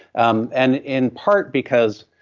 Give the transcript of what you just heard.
um and in part because